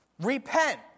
repent